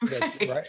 Right